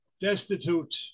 destitute